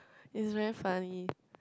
it's very funny